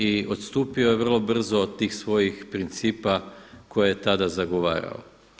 I odstupio je vrlo brzo od tih svojih principa koje je tada zagovarao.